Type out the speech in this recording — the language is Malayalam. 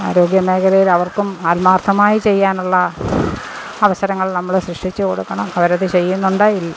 ആരോഗ്യമേഖലയിലവർക്കും ആത്മാർത്ഥമായി ചെയ്യാനുള്ള അവസരങ്ങൾ നമ്മൾ സൃഷ്ടിച്ചുകൊടുക്കണം അവരത് ചെയ്യുന്നുണ്ട്